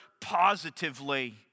positively